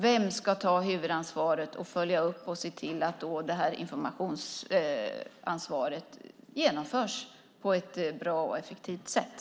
Vem ska ta huvudansvaret, följa upp och se till att informationsansvaret genomförs på ett bra och effektivt sätt?